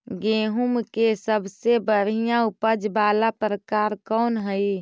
गेंहूम के सबसे बढ़िया उपज वाला प्रकार कौन हई?